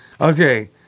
Okay